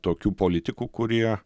tokių politikų kurie